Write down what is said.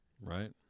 Right